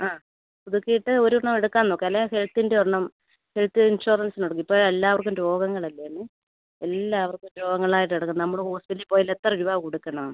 ആ പുതുക്കിയിട്ട് ഒരെണ്ണം എടുക്കാൻ നോക്ക് അല്ലെങ്കിൽ ഹെൽത്തിൻ്റെ ഒരെണ്ണം ഹെൽത്ത് ഇൻഷുറൻസ് എടുക്ക് ഇപ്പോൾ എല്ലാവർക്കും രോഗങ്ങളല്ലേന്നേ എല്ലാവർക്കും രോഗങ്ങളായിട്ട് കിടക്കുന്ന നമ്മൾ ഹോസ്പിറ്റലിൽ പോയാൽ എത്ര രൂപ കൊടുക്കണം